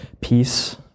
peace